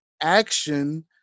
action